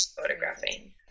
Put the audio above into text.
photographing